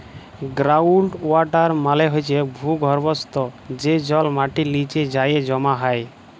ground water মালে হছে ভূগর্ভস্থ যে জল মাটির লিচে যাঁয়ে জমা হয়